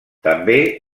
també